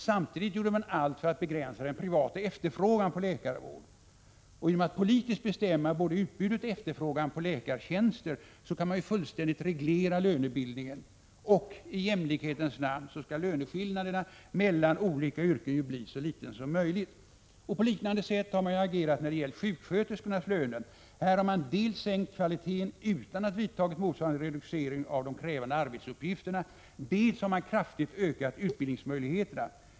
Samtidigt gjorde man allt för att begränsa den privata efterfrågan på läkarvård. Genom att politiskt bestämma både utbudet och efterfrågan på läkartjänster kan man ju fullständigt reglera lönebildningen. I jämlikhetens namn skall ju löneskillnaden mellan olika yrken bli så liten som möjligt. På liknande sätt har man agerat när det gäller sjuksköterskornas löner. Där har man dels sänkt kvaliteten i utbildningen utan att vidta motsvarande reducering av de krävande arbetsuppgifterna, dels kraftigt ökat utbildningsmöjligheterna.